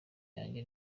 yanjye